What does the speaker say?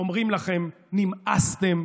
אומרים לכם: נמאסתם.